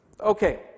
Okay